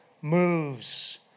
moves